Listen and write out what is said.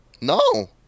No